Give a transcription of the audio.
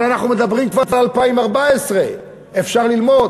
אבל אנחנו מדברים כבר על 2014. אפשר ללמוד.